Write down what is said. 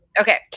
Okay